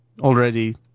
already